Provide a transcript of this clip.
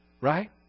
Right